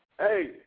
Hey